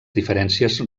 diferències